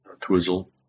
Twizzle